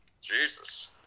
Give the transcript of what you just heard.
Jesus